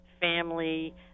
family